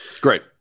Great